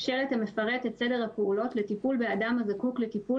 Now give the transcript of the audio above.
שלט המפרט את סדר הפעולות לטיפול באדם הזקוק לטיפול